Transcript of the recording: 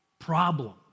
problem